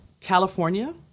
California